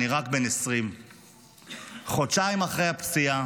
אני רק בן 20. חודשיים אחרי הפציעה